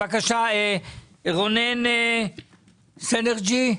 בבקשה, רונן יחזקאל מסינרג'י.